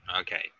Okay